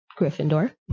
Gryffindor